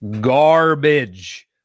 garbage